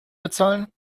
bezahlen